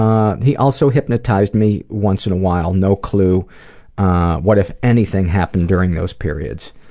um he also hypnotized me once in a while. no clue what, if anything happened, during those periods.